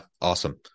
awesome